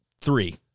three